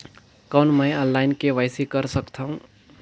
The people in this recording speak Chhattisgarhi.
कौन मैं ऑनलाइन के.वाई.सी कर सकथव?